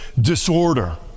disorder